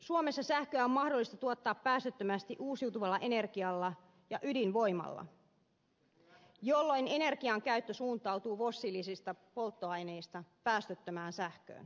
suomessa sähköä on mahdollista tuottaa päästöttömästi uusiutuvalla energialla ja ydinvoimalla jolloin energiankäyttö suuntautuu fossiilisista polttoaineista päästöttömään sähköön